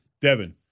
Devin